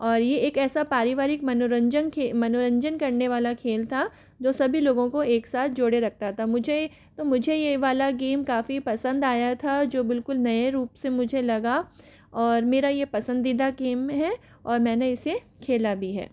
और ये एक ऐसा पारिवारिक मनोरंजन के मनोरंजन करने वाला खेल था जो सभी लोगों को एक साथ जोड़े रखता था मुझे तो मुझे ये वाला गेम काफ़ी पसंद आया था जो बिल्कुल नए रूप से मुझे लगा और मेरा ये पसंदीदा गेम है और मैंने इसे खेला भी है